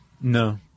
No